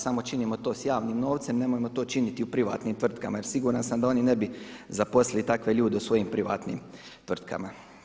Samo činimo to s javnim novcem, nemojmo to činiti u privatnim tvrtkama jer siguran sam da oni ne bi zaposlili takve ljude u svojim privatnim tvrtkama.